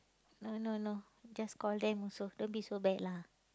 no no no just call them also don't be so bad lah